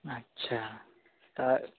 আচ্ছা তা